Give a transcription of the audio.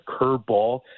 curveball